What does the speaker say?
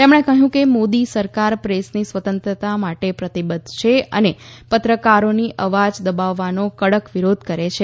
તેમણે કહ્યું કે મોદી સરકાર પ્રેસની સ્વતંત્રતા માટે પ્રતિબધ્ધ છે અને પત્રકારોની અવાજ દબાવવાનો કડક વિરોધ કરે છે